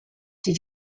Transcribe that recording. did